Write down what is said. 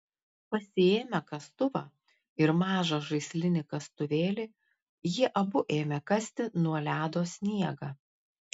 pasiėmę kastuvą ir mažą žaislinį kastuvėlį jie abu ėmė kasti nuo ledo sniegą